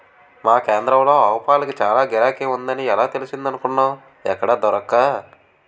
మా కేంద్రంలో ఆవుపాలకి చాల గిరాకీ ఉందని ఎలా తెలిసిందనుకున్నావ్ ఎక్కడా దొరక్క